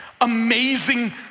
amazing